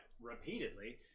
repeatedly